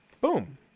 Boom